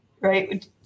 right